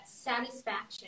satisfaction